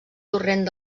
torrent